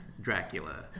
Dracula